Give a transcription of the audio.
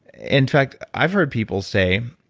in fact i've heard people say,